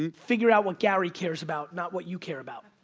and figure out what gary cares about, not what you care about.